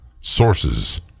Sources